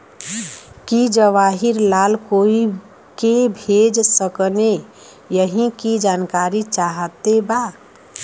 की जवाहिर लाल कोई के भेज सकने यही की जानकारी चाहते बा?